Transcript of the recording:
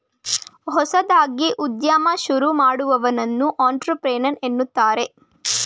ಹೊಸದಾಗಿ ಉದ್ಯಮ ಶುರು ಮಾಡುವವನನ್ನು ಅಂಟ್ರಪ್ರಿನರ್ ಎನ್ನುತ್ತಾರೆ